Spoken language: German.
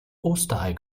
osterei